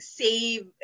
save